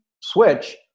switch